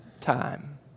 time